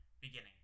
beginning